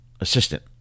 Assistant